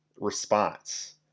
response